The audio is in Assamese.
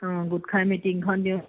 অ গোট খাই মিটিংখন দিওঁ